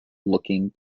looking